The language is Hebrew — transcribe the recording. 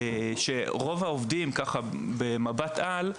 במבט על,